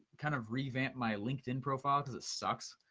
kind of revamp my linkedin profile, cause it sucks,